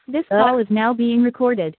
this call is now being recorded